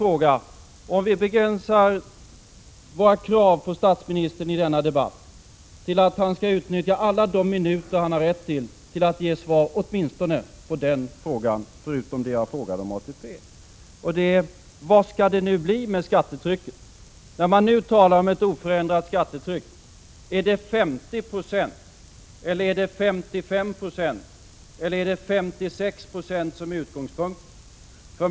Låt oss begränsa våra krav på statsministern i dag till att han skall utnyttja alla de minuter han har rätt till för att ge svar åtminstone på den frågan och på den fråga som jag ställde om ATP. Bengt Westerbergs fråga var: Vad skall det bli av skattetrycket? När man nu talar om ett oförändrat skattetryck är det då 50 90,55 96 eller 56 Jo som är utgångspunkten?